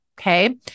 Okay